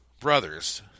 brothers